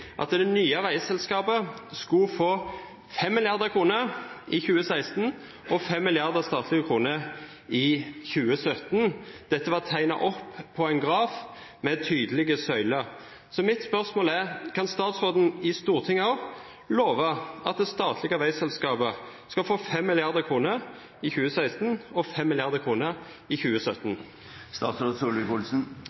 at det nye veiselskapet skulle få 5 mrd. kr i 2016 og 5 mrd. kr i 2017. Dette var tegnet opp på en graf med tydelige søyler. Så mitt spørsmål er: Kan statsråden, også i Stortinget, love at det statlige veiselskapet skal få 5 mrd. kr i 2016 og 5 mrd. kr i